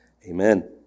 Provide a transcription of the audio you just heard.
Amen